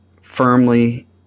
firmly